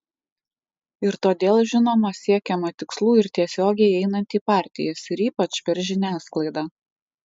ir todėl žinoma siekiama tikslų ir tiesiogiai einant į partijas ir ypač per žiniasklaidą